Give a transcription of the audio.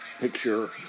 picture